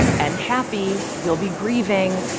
and happy you'll be grieving,